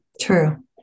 True